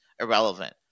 irrelevant